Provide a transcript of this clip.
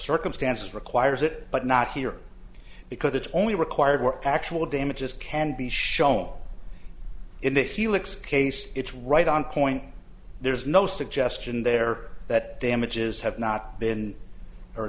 circumstances requires it but not here because it's only required were actual damages can be shown in the helix case it's right on point there's no suggestion there that damages have not been or